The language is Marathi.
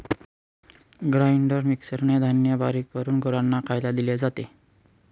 ग्राइंडर मिक्सरने धान्य बारीक करून गुरांना खायला दिले जाते